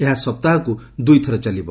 ଏହା ସପ୍ତାହକ୍ତ ଦୂଇ ଥର ଚାଲିବ